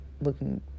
looking